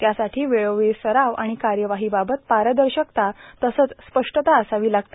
त्यासाठीच वेळोवेळी सराव आणि कार्यवाहीबाबत पारदर्शकता तसंच स्पष्टता असावी लागते